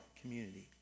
community